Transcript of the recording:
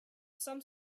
some